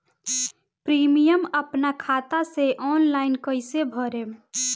Premium अपना खाता से ऑनलाइन कईसे भरेम?